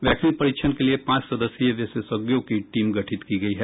vaccine परीक्षण के लिए पांच सदस्सीय विशेषज्ञों की टीम गठित की गयी है